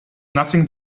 nothing